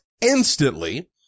instantly